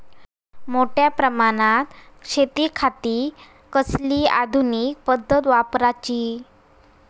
मोठ्या प्रमानात शेतिखाती कसली आधूनिक पद्धत वापराची?